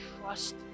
trust